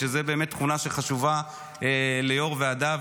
שזו באמת תכונה שחשובה ליו"ר ועדה.